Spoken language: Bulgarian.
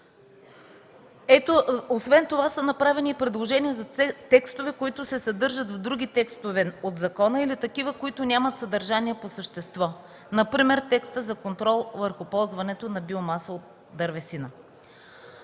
Освен това са направени и предложения за текстове, които се съдържат в други текстове от закона или такива, които нямат съдържание по същество. Например текстът за контрол върху ползването на биомаса от дървесина.